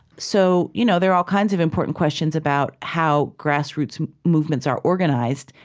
so you know there are all kinds of important questions about how grassroots movements are organized,